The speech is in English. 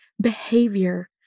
behavior